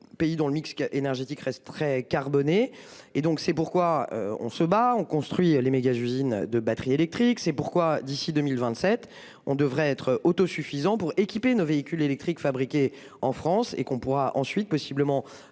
Pays dont le mix énergétique resterait carbonées et donc c'est pourquoi on se bat, on construit les j'usine de batteries électriques. C'est pourquoi d'ici 2027 on devrait être autosuffisant pour équiper nos véhicules électriques fabriquées en France et qu'on pourra ensuite possiblement